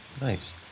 nice